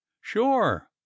Sure